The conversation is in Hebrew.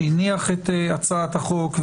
שהניח את הצעת החוק,